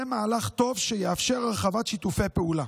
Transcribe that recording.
זה מהלך טוב שיאפשר הרחבת שיתופי פעולה.